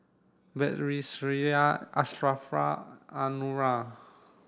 Batrisya Ashraff Anuar